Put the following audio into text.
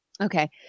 Okay